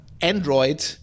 Android